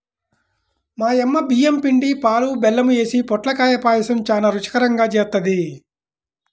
మా యమ్మ బియ్యం పిండి, పాలు, బెల్లం యేసి పొట్లకాయ పాయసం చానా రుచికరంగా జేత్తది